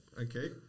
Okay